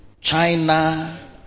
China